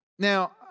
Now